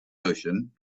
ocean